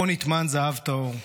פה נטמן זהב טהור,